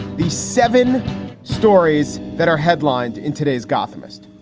these seven stories that are headlined in today's gothamist